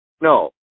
No